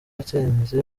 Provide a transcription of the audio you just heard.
isinzi